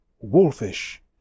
wolfish